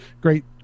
Great